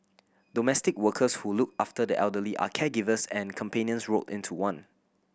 domestic workers who look after the elderly are caregivers and companions rolled into one